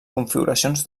configuracions